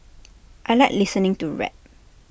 I Like listening to rap